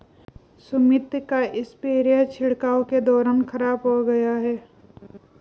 सुमित का स्प्रेयर छिड़काव के दौरान खराब हो गया